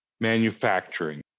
manufacturing